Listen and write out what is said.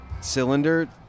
cylinder